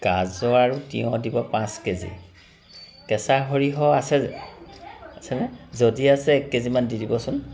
গাজৰ আৰি তিঁয়হ দিব পাঁচ কে জি কেঁচা সৰিয়হ আছে যে যদি আছে এক কেজিমান দি দিব চোন